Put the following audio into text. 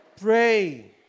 pray